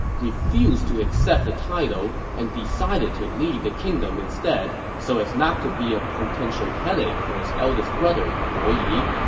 refused to accept the title and decided to leave the kingdom instead so as not to be a potential headache for his eldest brother, bo yi.